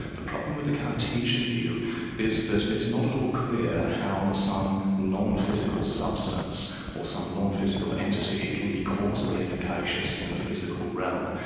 the problem with the cartesian view is that it's not at all clear how some non-physical substance or some non-physical entity can be causally efficacious in the physical realm,